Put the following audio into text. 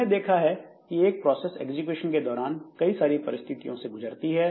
हमने देखा है कि एक प्रोसेस एग्जीक्यूशन के दौरान कई सारी परिस्थितियों से गुजरती है